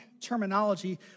terminology